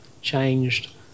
Changed